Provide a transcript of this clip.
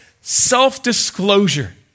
self-disclosure